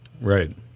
Right